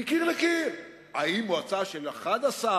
אדוני היושב-ראש,